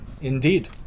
indeed